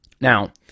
Now